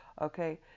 Okay